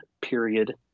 period